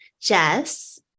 Jess